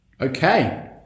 Okay